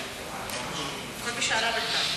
כל מי שעלה בינתיים.